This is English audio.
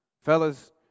fellas